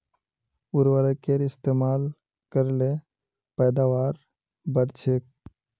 उर्वरकेर इस्तेमाल कर ल पैदावार बढ़छेक